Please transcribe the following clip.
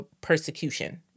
persecution